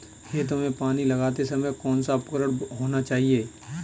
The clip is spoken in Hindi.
खेतों में पानी लगाते समय कौन सा उपकरण होना चाहिए?